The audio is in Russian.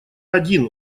один